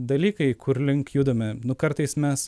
dalykai kur link judame nu kartais mes